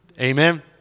Amen